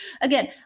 Again